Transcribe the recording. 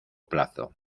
plazo